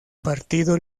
partido